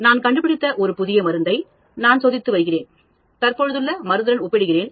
நான் கண்டுபிடித்த ஒரு புதிய மருந்தை நான் சோதித்து வருகிறேன் தற்போதுள்ள மருந்துடன் ஒப்பிடுகிறேன்